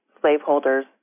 slaveholders